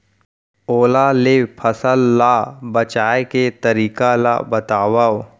ओला ले फसल ला बचाए के तरीका ला बतावव?